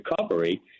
recovery